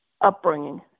upbringing